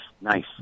nice